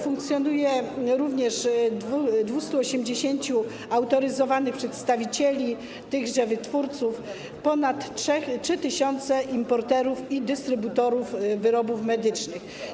Funkcjonuje również 280 autoryzowanych przedstawicieli tychże wytwórców, ponad 3 tys. importerów i dystrybutorów wyrobów medycznych.